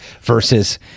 versus